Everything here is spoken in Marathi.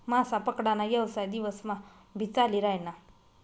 मासा पकडा ना येवसाय दिवस मा भी चाली रायना